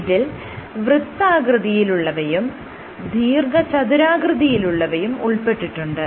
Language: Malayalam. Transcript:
ഇതിൽ വൃത്താകൃതിയിലുള്ളവയും ദീർഘചതുരാകൃതിയിലുള്ളവയും ഉൾപ്പെട്ടിട്ടുണ്ട്